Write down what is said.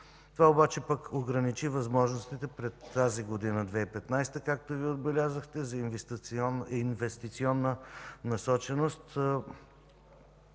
Това обаче пък ограничи възможностите през 2015 г., както и Вие отбелязахте, за инвестиционна насоченост,